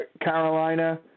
Carolina